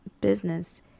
business